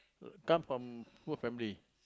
uh come from poor family